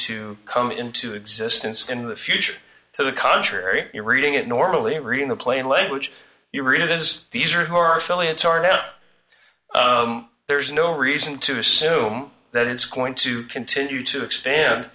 to come into existence in the future so the contrary you're reading it normally read in the plain language you read it is these are who are fairly it's are now there's no reason to assume that it's going to continue to expand